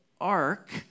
ark